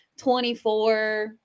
24